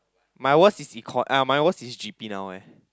my worse is econ uh my worse is G_P now eh